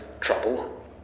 trouble